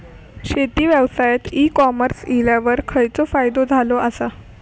शेती व्यवसायात e commerce इल्यावर खयचो फायदो झालो आसा?